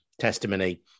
testimony